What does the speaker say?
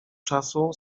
czasu